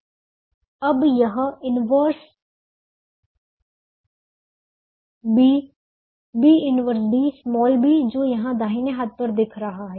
अब यह inverse B 1 B 1b small b जो यहां दाहिने हाथ पर दिख रहा है